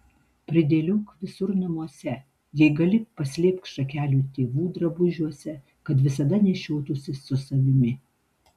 pridėliok visur namuose jei gali paslėpk šakelių tėvų drabužiuose kad visada nešiotųsi su savimi